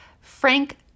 Frank